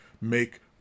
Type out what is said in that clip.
make